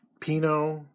Pinot